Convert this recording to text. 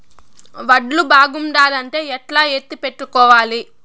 వడ్లు బాగుండాలంటే ఎట్లా ఎత్తిపెట్టుకోవాలి?